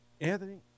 anthony